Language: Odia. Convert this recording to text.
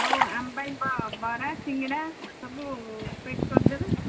ହଉ ଆମ ପାଇଁ ବରା ସିଙ୍ଗଡ଼ା ସବୁ ପ୍ୟେକ୍ କରିଦେବେ କି